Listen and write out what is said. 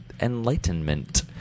Enlightenment